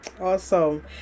Awesome